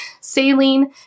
saline